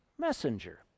messenger